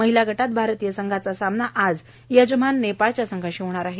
महिला गटात भारतीय संघाचा सामना आज यजमान नेपाळच्या संघाशी होणार आहे